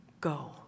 go